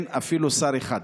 אפילו שר אחד.